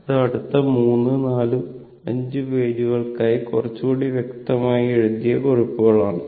ഇത് അടുത്ത 3 4 5 പേജുകൾക്കായി കുറച്ചുകൂടി വ്യക്തമായി എഴുതിയ കുറിപ്പുകളാണ്